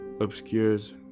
obscures